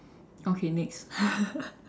okay next